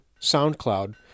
SoundCloud